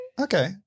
Okay